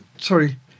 sorry